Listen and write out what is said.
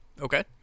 Okay